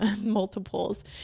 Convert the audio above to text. multiples